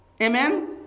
Amen